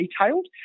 detailed